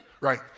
Right